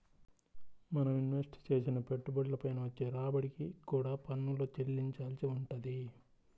మనం ఇన్వెస్ట్ చేసిన పెట్టుబడుల పైన వచ్చే రాబడికి కూడా పన్నులు చెల్లించాల్సి వుంటది